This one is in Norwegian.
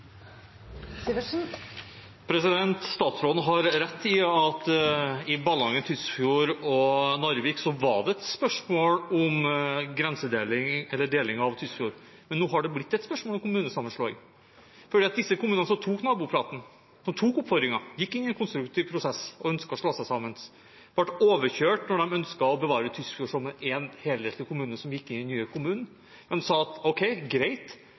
Statsråden har rett i at i Ballangen, Tysfjord og Narvik var det et spørsmål om deling av Tysfjord, men nå har det blitt et spørsmål om kommunesammenslåing. Disse kommunene som tok nabopraten, som tok oppfordringen og gikk inn i en konstruktiv prosess og ønsket å slå seg sammen, ble overkjørt da de ønsket å bevare Tysfjord som en helhetlig kommune som gikk inn i den nye kommunen. De sa: